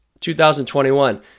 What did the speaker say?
2021